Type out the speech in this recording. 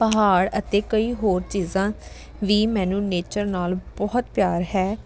ਪਹਾੜ ਅਤੇ ਕਈ ਹੋਰ ਚੀਜ਼ਾਂ ਵੀ ਮੈਨੂੰ ਨੇਚਰ ਨਾਲ ਬਹੁਤ ਪਿਆਰ ਹੈ